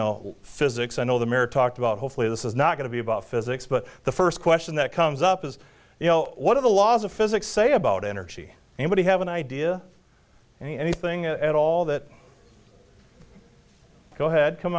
know physics i know the mirror talked about hopefully this is not going to be about physics but the first question that comes up is you know what are the laws of physics say about energy anybody have an idea anything at all that go ahead come